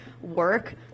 work